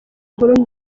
inkuru